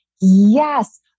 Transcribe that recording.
yes